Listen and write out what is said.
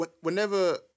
whenever